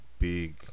big